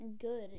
good